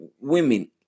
women